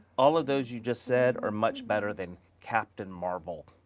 all of those you just said are much better than captain marvel.